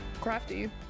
crafty